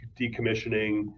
decommissioning